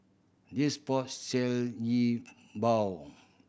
this sell yi bao